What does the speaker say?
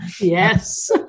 yes